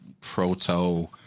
proto